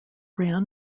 ran